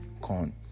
corn